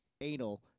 anal